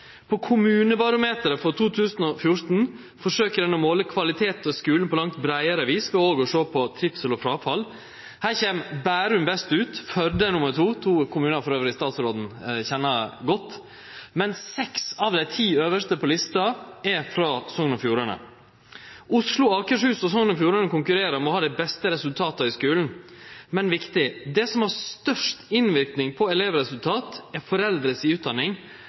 På kommunebarometeret for 2014 forsøkjer ein å måle kvalitet ved skulen på langt breiare vis ved òg å sjå på trivsel og fråfall. Her kjem Bærum best ut, Førde er nr. 2 – to kommunar som statsråden kjenner godt. Seks av dei ti øvste på lista er frå Sogn og Fjordane. Oslo og Akershus og Sogn og Fjordane konkurrerer om å ha dei beste resultata i skulen, men det viktige er: Det som har størst innverknad på elevresultat, er foreldra si utdanning.